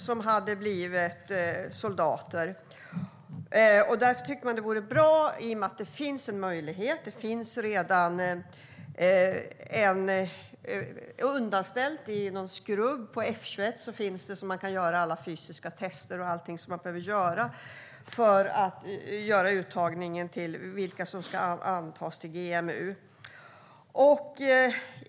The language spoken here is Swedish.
Undanställt i någon skrubb på F 21 finns det utrustning så att man kan göra alla fysiska tester och vad som behövs för uttagning till GMU.